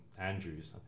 Andrews